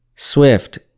SWIFT